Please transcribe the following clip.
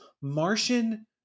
Martian